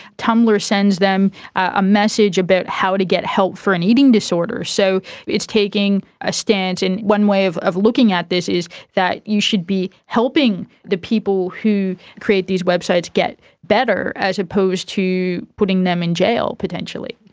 tumblr sends them a message about how to get help for an eating disorder. so it's taking a stance in one way of of looking at this is that you should be helping the people who create these websites get better as opposed to putting them in jail potentially.